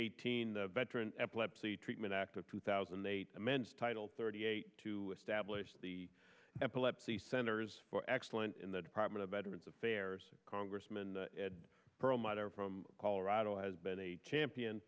eighteen the veteran epilepsy treatment act of two thousand and eight men's title thirty eight to establish the epilepsy centers for excellent in the department of veterans affairs congressman ed perlmutter from colorado has been a champion